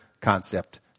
concept